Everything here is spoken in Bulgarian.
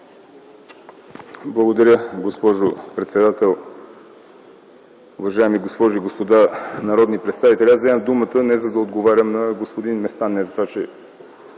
Благодаря, госпожо председател. Уважаеми госпожи и господа народни представители, вземам думата не за да отговоря на господин Местан, не за това, че